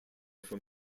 from